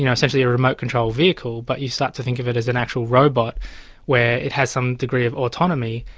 you know essentially a remote control vehicle, that but you start to think of it as an actual robot where it has some degree of autonomy,